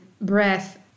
breath